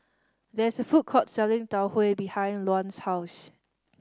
there is a food court selling Tau Huay behind Luann's house